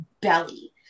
belly